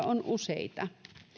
on useita